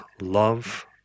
love